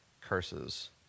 curses